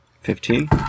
Fifteen